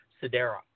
Sidera